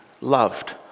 loved